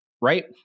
Right